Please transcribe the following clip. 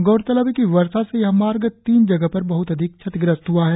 गौरतलब है कि वर्षा से यह मार्ग तीन जगह पर बहत अधिक क्षतिग्रस्त ह्आ है